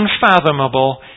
unfathomable